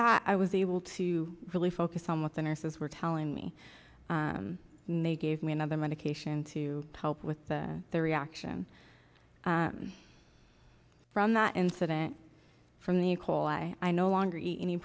that i was able to really focus on what the nurses were telling me may gave me another medication to help with the the reaction from that incident from the coal i i no longer eat any